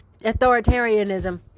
authoritarianism